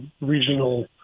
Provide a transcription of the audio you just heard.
regional